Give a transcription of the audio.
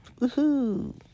Woohoo